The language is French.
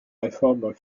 réforme